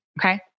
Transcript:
Okay